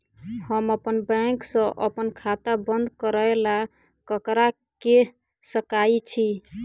हम अप्पन बैंक सऽ अप्पन खाता बंद करै ला ककरा केह सकाई छी?